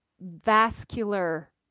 vascular